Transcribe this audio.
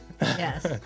yes